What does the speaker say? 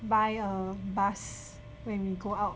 buy a bus when we go out